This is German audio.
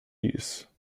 dies